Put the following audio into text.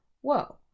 whoa